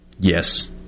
Yes